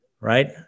right